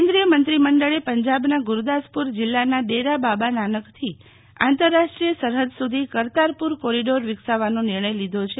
કેન્દ્રીયમંત્રી મંડળે પંજાબના ગુરૂદાસપુર જિલ્લાના ડેરા બાબા નાનકથી આંતરરાષ્ટ્રીય સરહદ સુધી કરતારપુર કોરીડોર વિકસાવવાનો નિર્ણય લીધો છે